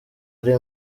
ari